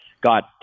got